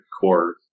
core